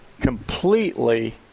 completely